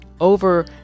over